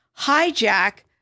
hijack